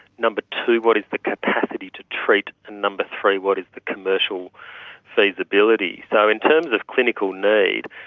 number two, what is the capacity to treat. and number three, what is the commercial feasibility. so, in terms of clinical need,